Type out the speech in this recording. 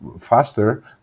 faster